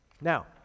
now